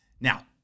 Now